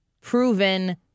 proven